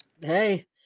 hey